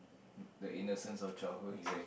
the innocence of childhood